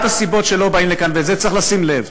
נכון.